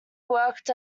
worked